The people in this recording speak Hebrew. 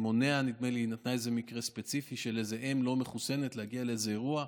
היא נתנה איזה מקרה ספציפי של אם לא מחוסנת שהגיעה לאיזה אירוע.